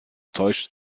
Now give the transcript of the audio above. täuscht